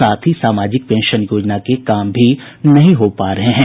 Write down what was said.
साथ ही सामाजिक पेंशन योजना के काम भी नहीं हो रहे हैं